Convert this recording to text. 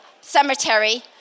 Cemetery